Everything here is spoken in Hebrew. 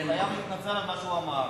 הוא חייב להתנצל על מה שהוא אמר,